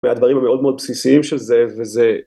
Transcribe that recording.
מהדברים המאוד מאוד בסיסיים של זה וזה